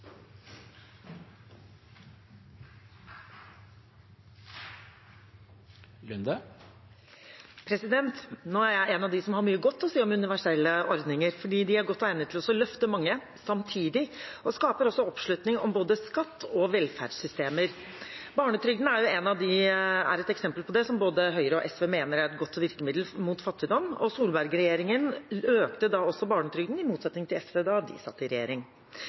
godt egnet til å løfte mange samtidig og skaper også oppslutning om både skatt og velferdssystemer. Barnetrygden er et eksempel på det, og noe som både Høyre og SV mener er et godt virkemiddel mot fattigdom. Solberg-regjeringen økte da også barnetrygden, i motsetning til hva SV gjorde da de satt i regjering.